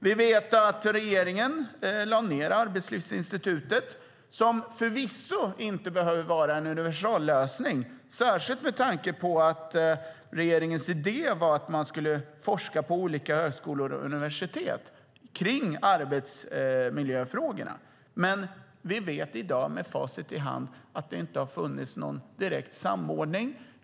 Vi vet att regeringen lade ned Arbetslivsinstitutet, som förvisso inte behöver vara en universallösning, särskilt med tanke på att regeringens idé var att man skulle forska kring arbetsmiljöfrågorna på olika högskolor och universitet. Men vi vet i dag med facit i handen att det inte har funnits någon direkt samordning.